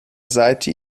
seite